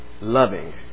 Loving